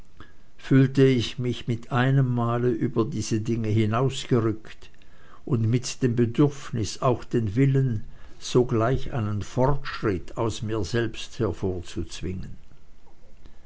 fühlte ich mich mit einem male über diese dinge hinausgerückt und mit dem bedürfnis auch den willen sogleich einen fortschritt aus mir selbst hervorzuzwingen